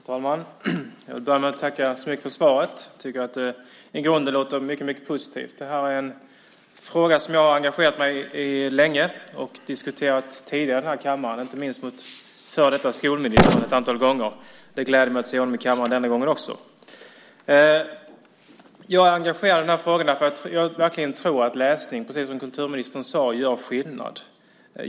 Herr talman! Jag vill börja med att tacka så mycket för svaret. I grunden låter det mycket positivt. Det här är en fråga som jag har engagerat mig i länge och diskuterat tidigare här i kammaren, inte minst med före detta skolministern ett antal gånger. Det gläder mig att se honom i kammaren denna gång också. Jag är engagerad i frågan därför att jag verkligen tror att läsning gör skillnad, precis som kulturministern sade.